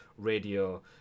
radio